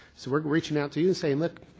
so we're reaching out to you saying look,